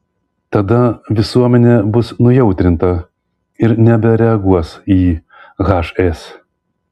tada visuomenė bus nujautrinta ir nebereaguos į hs